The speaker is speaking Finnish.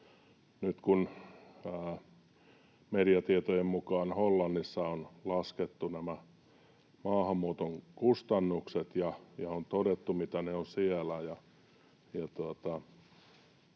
Nyt kun mediatietojen mukaan Hollannissa on laskettu nämä maahanmuuton kustannukset ja on todettu, mitä ne ovat siellä,